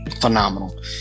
phenomenal